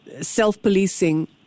self-policing